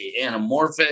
anamorphic